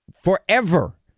forever